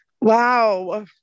Wow